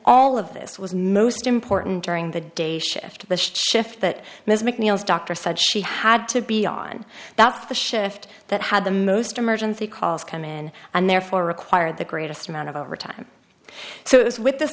all of this was most important during the day shift that shift that ms mcneill's doctor said she had to be on that's the shift that had the most emergency calls come in and therefore require the greatest amount of overtime so it was with this